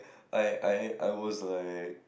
I I I was like